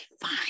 fine